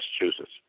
Massachusetts